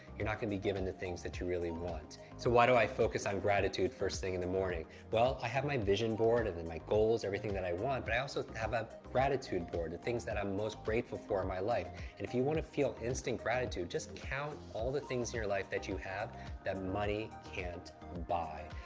you're not going to be given the things that you really want. so, why do i focus on gratitude first thing in the morning? well, i have my vision board and then my goals, everything that i want, but i also have a gratitude board of things that i'm most grateful for in my life. and if you want to feel instant gratitude, just count all the things in your life that you have that money can't buy.